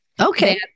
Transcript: Okay